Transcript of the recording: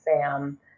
Sam